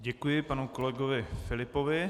Děkuji panu kolegovi Filipovi.